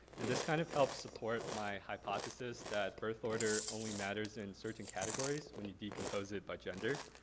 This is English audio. and this kind of helps support my hypothesis that birth order only matters in certain categories when you decompose it by gender.